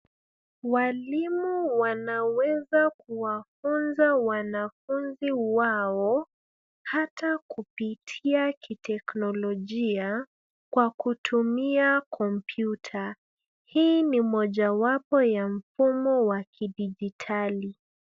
Walimu wanaweza kuwafunza wanafunzi wao, hata kupitia kiteknolojia, kwa kutumia kompyuta. Hii ni mojawapo ya mfumo wa kidijitali.